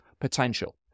potential